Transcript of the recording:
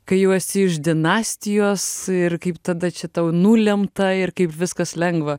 kai jau esi iš dinastijos ir kaip tada čia tau nulemta kaip viskas lengva